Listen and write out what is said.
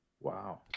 Wow